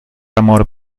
amor